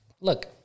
look